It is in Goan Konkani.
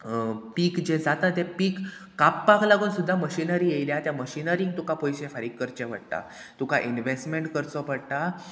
पीक जें जाता तें पीक कापपाक लागून सुद्दां मशिनरी येयल्या त्या मशिनरीक तुका पयशे फारीक करचे पडटा तुका इनवेस्टमेंट करचो पडटा